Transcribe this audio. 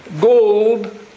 Gold